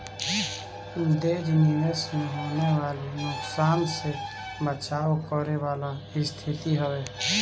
hedge निवेश में होखे वाला नुकसान से बचाव करे वाला स्थिति हवे